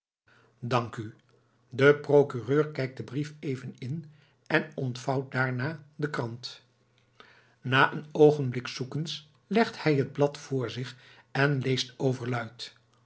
dank u de procureur kijkt den brief even in en ontvouwt daarna de krant na een oogenblik zoekens legt hij het blad voor zich en leest overluid